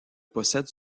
possède